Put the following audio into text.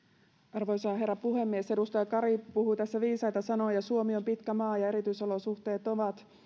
arvoisa herra puhemies edustaja kari puhui tässä viisaita sanoja suomi on pitkä maa ja erityisolosuhteet ovat